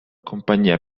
compagnia